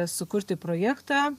sukurti projektą